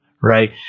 Right